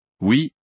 Oui